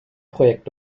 projekt